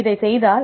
இதைச் செய்தால்